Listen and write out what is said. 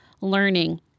learning